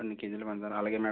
రెండు కేజీలు పంచదార అలాగే మ్యాడమ్